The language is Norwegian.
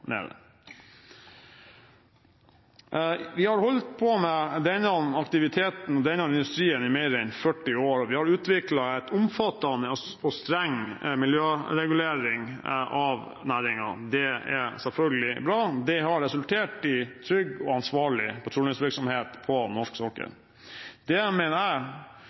Vi har holdt på med denne aktiviteten og denne industrien i mer enn 40 år, og vi har utviklet en omfattende og streng miljøregulering av næringen. Det er selvfølgelig bra. Det har resultert i trygg og ansvarlig petroleumsvirksomhet på norsk sokkel. Det er mange av partiene her i salen som har bidratt til det, og jeg